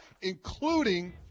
including